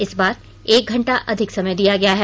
इस बार एक घंटा अधिक समय दिया गया है